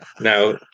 now